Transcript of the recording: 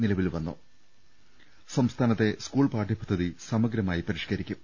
നിലവിൽ വന്നു സംസ്ഥാനത്തെ സ്കൂൾ പാഠ്യപദ്ധതി സമഗ്രമായി പരിഷ്കരിക്കും